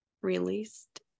released